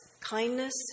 kindness